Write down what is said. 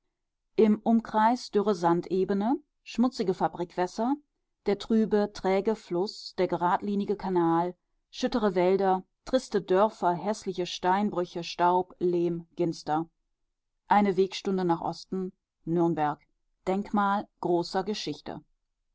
im umkreis dürre sandebene schmutzige fabrikwässer der trübe träge fluß der geradlinige kanal schüttere wälder triste dörfer häßliche steinbrüche staub lehm ginster eine wegstunde nach osten nürnberg denkmal großer geschichte